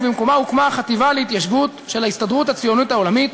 ובמקומה הוקמה החטיבה להתיישבות של ההסתדרות הציונית העולמית